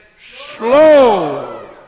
slow